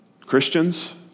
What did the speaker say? Christians